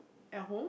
at home